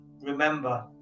remember